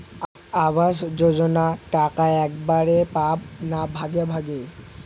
আবাস যোজনা টাকা একবারে পাব না ভাগে ভাগে?